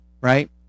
right